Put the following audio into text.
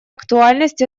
актуальность